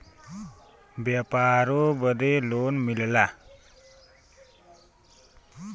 व्यापारों बदे लोन मिलला